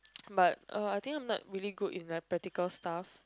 but uh I think I am not really good in like practical stuff